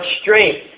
strength